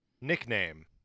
nickname